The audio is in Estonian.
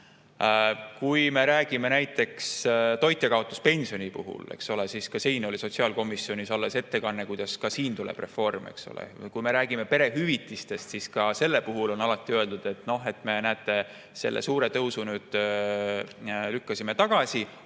Kui me räägime näiteks toitjakaotuspensionist, eks ole, siis oli sotsiaalkomisjonis alles ettekanne, kuidas ka siin tuleb reform. Kui me räägime perehüvitistest, siis ka selle puhul on alati öeldud, et näete, me selle suure tõusu nüüd lükkasime tagasi,